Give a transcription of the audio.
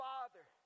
Father